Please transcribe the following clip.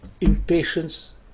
Impatience